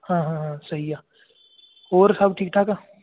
ਹਾਂ ਹਾਂ ਹਾਂ ਸਹੀ ਆ ਹੋਰ ਸਭ ਠੀਕ ਠਾਕ ਆ